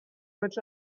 but